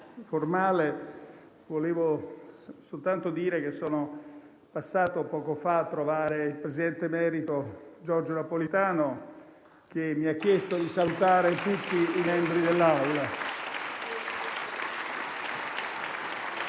formale, vorrei soltanto dire che poco fa sono passato a trovare il presidente emerito Giorgio Napolitano, che mi ha chiesto di salutare tutti i membri dell'Assemblea.